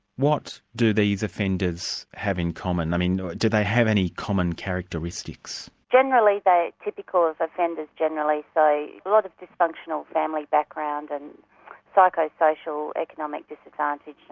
what do these offenders have in common? i mean do they have any common characteristics? generally, they are typical of offenders generally, so a lot of dysfunctional family background and psycho-social economic disadvantage,